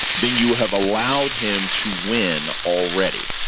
then you will have allowed him to win already,